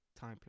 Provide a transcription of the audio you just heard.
time